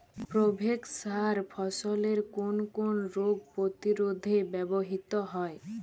Provex সার ফসলের কোন কোন রোগ প্রতিরোধে ব্যবহৃত হয়?